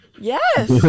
yes